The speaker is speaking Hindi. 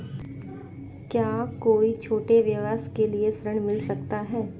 क्या कोई छोटे व्यवसाय के लिए ऋण मिल सकता है?